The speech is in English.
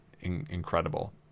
incredible